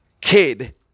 kid